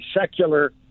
secular